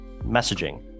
messaging